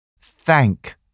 Thank